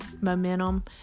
momentum